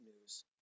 news